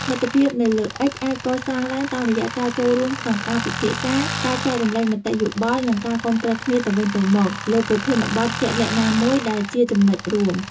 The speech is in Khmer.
មិត្តភាពនៅលើអិចអាចកសាងឡើងតាមរយៈការចូលរួមក្នុងការពិភាក្សា ការចែករំលែកមតិយោបល់ និងការគាំទ្រគ្នាទៅវិញទៅមកលើប្រធានបទជាក់លាក់ណាមួយ ដែលជាចំណុចរួម។